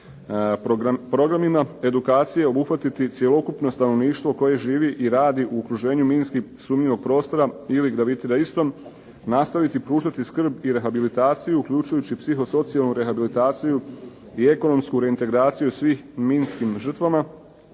programima edukacije obuhvatiti cjelokupno stanovništvo koje živi i radi u okruženju minski sumnjivog prostora ili gravitira istom, nastaviti pružati skrb i rehabilitaciju uključujući psihosocijalnu rehabilitaciju i ekonomsku reintegraciju svih minskim žrtvama